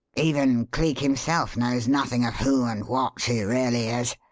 even cleek himself knows nothing of who and what she really is.